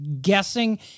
guessing